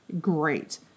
great